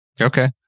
Okay